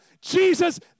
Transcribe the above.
Jesus